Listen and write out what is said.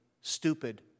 stupid